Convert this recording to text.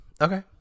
Okay